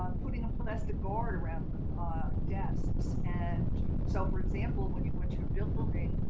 um putting a plastic guard around and ah desks. and so for example, when you go into a building,